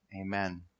Amen